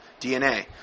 DNA